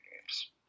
games